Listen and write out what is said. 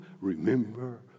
remember